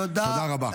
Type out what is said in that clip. תודה רבה.